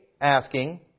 asking